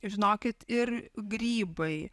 ir žinokit ir grybai